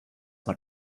man